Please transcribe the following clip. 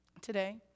today